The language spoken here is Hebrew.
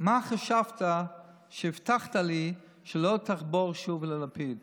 מה חשבת כשהבטחת לי שלא תחבור שוב ללפיד